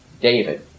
David